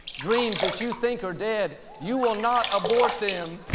dreams that you think are dead. you will not abort them,